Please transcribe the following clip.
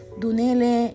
dunele